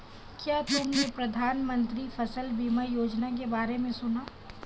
क्या तुमने प्रधानमंत्री फसल बीमा योजना के बारे में सुना?